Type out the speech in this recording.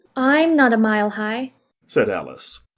i'm not a mile high said alice.